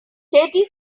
katie